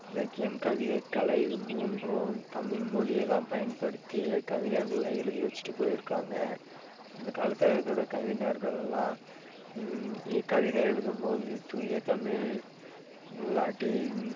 இலக்கியம் கவிதை கலை இவை மூன்றும் தமிழ் மொழியைதான் பயன்படுத்தி கவிஞர்கள்லாம் எழுதி வச்சிட்டு போயிருக்காங்க அந்த காலத்தில் இருக்கிற கவிஞர்கள்லாம் எ கவிதை எழுதும் போது தூய தமிழ் இல்லாட்டி